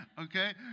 Okay